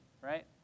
right